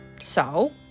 So